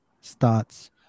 starts